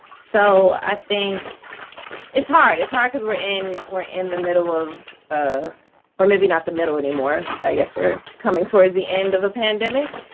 so i think it's hard. it's hard, because we're in we're in the middle of ah or maybe not the middle anymore. i guess we're coming towards the end of a pandemic?